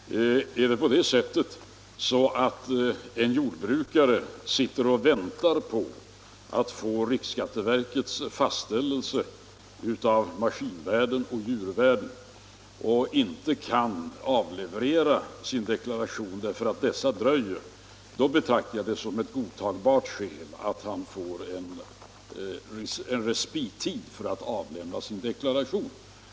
Herr talman! Om det är så att en jordbrukare sitter och väntar på att få riksskatteverkets fastställelse av djuroch maskinvärden, och om han inte kan avlämna sin deklaration därför att de uppgifterna dröjer, så betraktar jag det som godtagbart skäl för att han får en respittid för att avlämna sin deklaration.